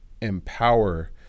empower